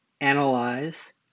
analyze